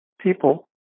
people